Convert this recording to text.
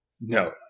No